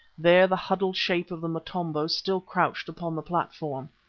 there the huddled shape of the motombo still crouched upon the platform.